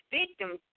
Victims